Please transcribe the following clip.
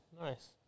nice